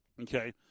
Okay